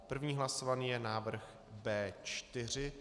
První hlasovaný je návrh B4.